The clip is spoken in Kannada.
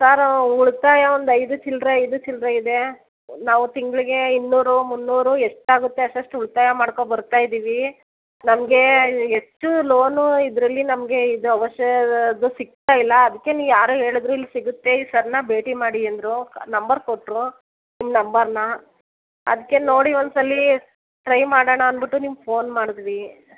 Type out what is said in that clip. ಸರ್ ಉಳಿತಾಯ ಒಂದು ಐದು ಚಿಲ್ಲರೆ ಐದು ಚಿಲ್ಲರೆ ಇದೆ ನಾವು ತಿಂಗಳಿಗೆ ಇನ್ನೂರು ಮುನ್ನೂರು ಎಷ್ಟು ಆಗುತ್ತೆ ಅಷ್ಟಷ್ಟು ಉಳಿತಾಯ ಮಾಡ್ಕೊಂ ಬರ್ತಾ ಇದ್ದೀವಿ ನಮಗೆ ಎಷ್ಟು ಲೋನು ಇದರಲ್ಲಿ ನಮಗೆ ಇದು ಅವಶ್ಯ ಅದು ಸಿಗ್ತಾ ಇಲ್ಲ ಅದಕ್ಕೆ ನೀ ಯಾರೋ ಹೇಳಿದ್ರು ಇಲ್ಲಿ ಸಿಗುತ್ತೆ ಈ ಸರ್ ಅನ್ನ ಭೇಟಿ ಮಾಡಿ ಅಂದರು ನಂಬರ್ ಕೊಟ್ಟರು ನಿಮ್ಮ ನಂಬರನ್ನ ಅದಕ್ಕೆ ನೋಡಿ ಒಂದು ಸಲ ಟ್ರೈ ಮಾಡೋಣ ಅನ್ಬಿಟ್ಟು ನಿಮ್ಗ್ ಫೋನ್ ಮಾಡಿದ್ವಿ